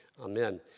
Amen